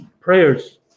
Prayers